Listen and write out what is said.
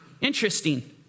Interesting